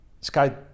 Sky